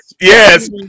Yes